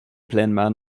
pleinement